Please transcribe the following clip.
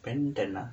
ben ten ah